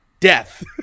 Death